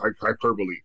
hyperbole